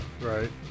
Right